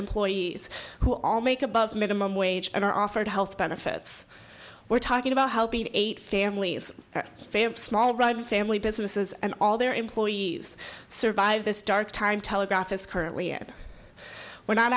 employees who all make above minimum wage and are offered health benefits we're talking about helping eight families small writing family businesses and all their employees survive this dark time telegraph is currently here we're not